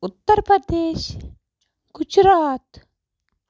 Uttar Pradesh Gujarat